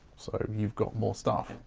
so you've got more stuff.